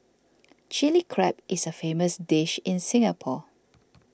Chilli Crab is a famous dish in Singapore